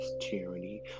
tyranny